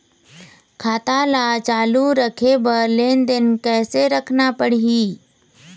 खाता ला चालू रखे बर लेनदेन कैसे रखना पड़ही?